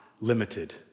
limited